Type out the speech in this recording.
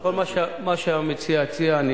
מה שהמציע מציע.